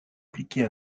appliquer